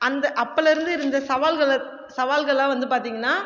அந்த அப்போலேருந்து இந்த சவால்களை சவால்கள்லா வந்து பார்த்தீங்கன்னா